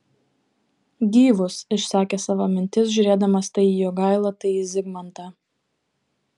gyvus išsakė savo mintis žiūrėdamas tai į jogailą tai į zigmantą